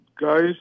guys